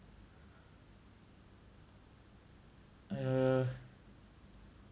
uh